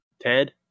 Ted